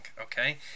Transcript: okay